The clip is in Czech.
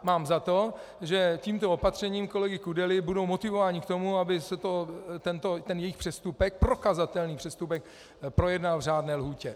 Mám za to, že tímto opatřením kolegy Kudely budou motivováni k tomu, aby se tento jejich přestupek, prokazatelný přestupek, projednal v řádné lhůtě.